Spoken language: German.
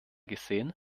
gesehen